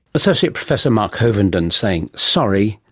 associate professor mark hovenden saying, sorry,